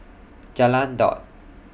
Jalan Daud